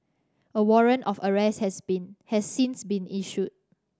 a warrant of arrest has been has since been issued